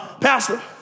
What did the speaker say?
Pastor